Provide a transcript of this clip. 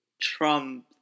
Trump